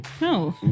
No